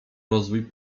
rozwój